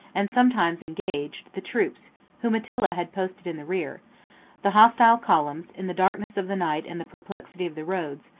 and sometimes engaged, the troops whom attila had posted in the rear the hostile columns, in the darkness of the night and the perplexity of the roads,